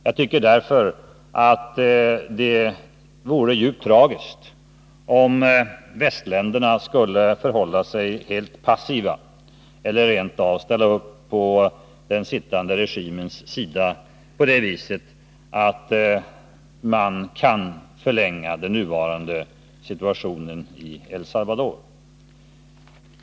Jag tycker därför att det vore djupt tragiskt om västländerna skulle förhålla sig helt passiva, eller rent av ställa upp på den sittande regimens sida, och på det viset förlänga den nuvarande situationen i El Salvador.